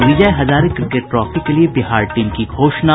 और Vijay Hazare cricket trophy के लिये बिहार टीम की घोषणा